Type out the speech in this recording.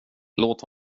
låt